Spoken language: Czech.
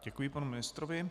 Děkuji panu ministrovi.